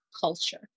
culture